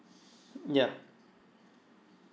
yeah